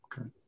Okay